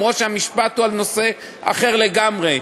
גם אם המשפט הוא על נושא אחר לגמרי,